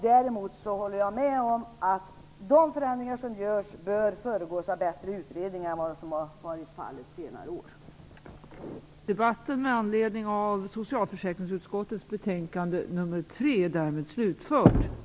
Däremot håller jag med om att de förändringar som görs bör föregås av bättre utredningar än som varit fallet under senare år.